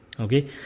Okay